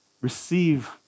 receive